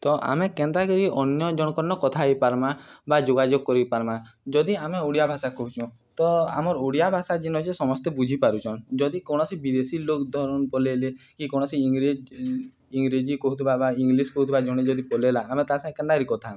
ତ ଆମେ କେନ୍ତାକିରି ଅନ୍ୟ ଜଣଙ୍କନ କଥା ହେଇପାର୍ମା ବା ଯୋଗାଯୋଗ କରିପାର୍ମା ଯଦି ଆମେ ଓଡ଼ିଆ ଭାଷା କହୁଛୁ ତ ଆମର୍ ଓଡ଼ିଆ ଭାଷା ଜିନ୍ ଅଛି ସମସ୍ତେ ବୁଝିପାରୁଚନ୍ ଯଦି କୌଣସି ବିଦେଶୀ ଲୋକ ଧରନ୍ ପଳେଇଲେ କି କୌଣସି ଇଂରେ ଇଂରେଜୀ କହୁଥିବା ବା ଇଂଲିଶ କହୁଥିବା ଜଣେ ଯଦି ପଳେଇଲା ଆମେ ତା ସାଙ୍ଗ କେନ୍ତାକରି କଥା ହେବା